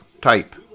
type